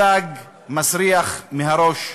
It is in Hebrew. הדג מסריח מהראש.